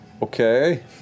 Okay